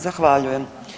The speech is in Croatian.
Zahvaljujem.